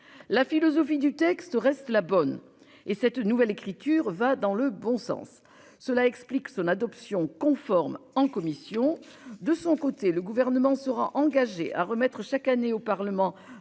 la philosophie du texte reste la bonne et cette nouvelle écriture va dans le bon sens. Cela explique son adoption conforme en commission. De son côté le gouvernement sera engagée à remettre chaque année au Parlement